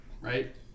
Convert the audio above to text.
right